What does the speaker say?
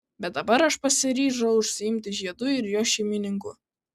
bet dabar aš pasiryžau užsiimti žiedu ir jo šeimininku